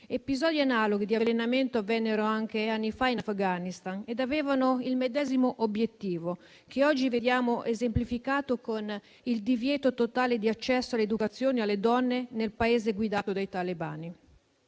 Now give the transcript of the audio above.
Episodi analoghi di avvelenamento avvennero anche anni fa in Afghanistan e avevano il medesimo obiettivo, che oggi vediamo esemplificato con il divieto totale di accesso all'educazione per le donne nel Paese guidato dai talebani.